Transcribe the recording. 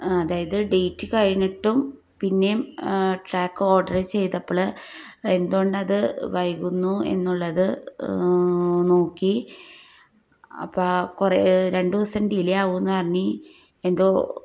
അതായത് ഡേറ്റ് കഴിഞ്ഞിട്ടും പിന്നെ ട്രാക്ക് ഓർഡറ് ചെയ്തപ്പോൾ എന്തുകൊണ്ടത് വൈകുന്നു എന്നുള്ളത് നോക്കി അപ്പം കുറേ രണ്ടുദിവസം ഡിലേ ആവും എന്ന് പറഞ്ഞ് എന്തോ